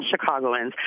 Chicagoans